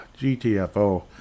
GTFO